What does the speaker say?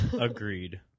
Agreed